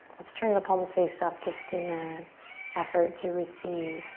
let's turn the palms face up just in the effort to receive